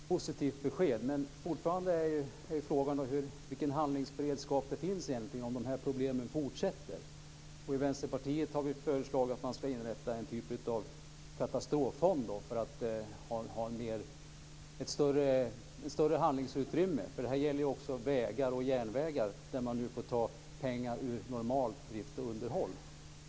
Fru talman! Det är ju ett positivt besked. Men fortfarande är frågan vilken handlingsberedskap som egentligen finns om dessa problem fortsätter. I Vänsterpartiet har vi föreslagit att man ska inrätta en typ av katastroffond för att ha ett större handlingsutrymme, eftersom detta gäller även vägar och järnvägar för vilka man får ta pengar från normaldriftsunderhållet.